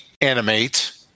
animate